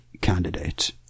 candidate